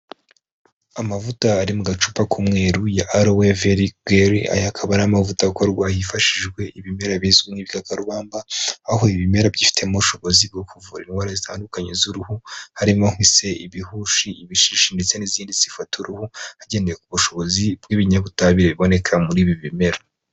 Amavuta ari mu gacupa k'umweru ya alowe veri geri, aya akaba ari amavuta akorwa hifashishijwe ibimera bizwi nk'ibikakarubamba, aho ibi bimera byifitemo ubushobozi bwo kuvura indwara zitandukanye z'uruhu harimo: nk'ise, ibihushi, ibishishi ndetse n'izindi zifata uruhu, hagendewe ku bushobozi bw'ibinyabutabire biboneka muri ibi bimera.